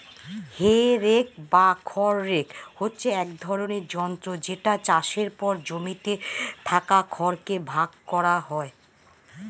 হে rake বা খড় rake হচ্ছে এক ধরণের যন্ত্র যেটা চাষের পর জমিতে থাকা খড় কে ভাগ করা হয়